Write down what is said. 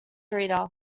reader